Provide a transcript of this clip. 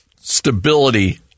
stability